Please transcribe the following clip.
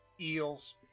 Eels